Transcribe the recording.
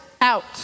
out